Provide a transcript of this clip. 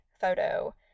photo